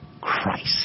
Christ